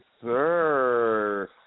sir